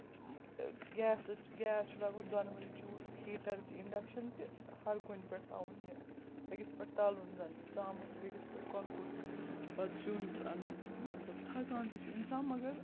گیسٕچ gas چھُ لَگُن دۄنوَے چوٗلہٕ ہیٖٹَر تہِ اِنڈَکشَن تہِ ہَر کُنہِ پٮ۪ٹھ تھاوُن یہِ أکِس پٮ۪ٹھ تَلُن زَن ژامَن بیٚکِس پٮ۪ٹھ کۄکُر پَتہٕ سیُن رَنُن مطلب تھکان تہِ چھُ اِنسان مگر